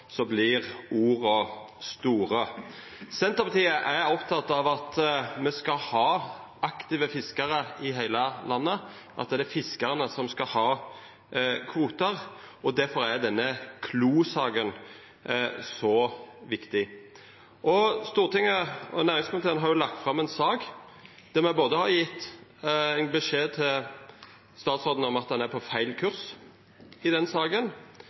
orda store. Senterpartiet er oppteke av at me skal ha aktive fiskarar i heile landet, og at det er fiskarane som skal ha kvotar, difor er denne Klo-saka så viktig. Stortinget og næringskomiteen har lagt fram ei sak der me både har gjeve ein beskjed til statsråden om at han er på feil kurs i saka,